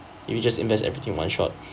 if you just invest everything one shot